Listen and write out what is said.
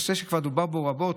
נושא שכבר דובר בו רבות,